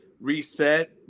reset